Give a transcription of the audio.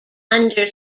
under